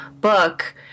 book